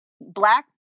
black